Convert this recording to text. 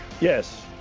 Yes